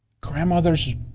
Grandmother's